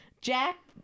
Jack